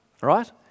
right